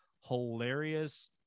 hilarious